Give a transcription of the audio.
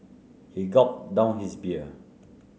he gulped down his beer